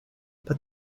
but